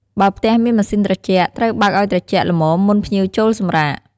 បើផ្ទះមានម៉ាស៊ីនត្រជាក់ ត្រូវបើកឱ្យត្រជាក់ល្មមមុនភ្ញៀវចូលសម្រាក។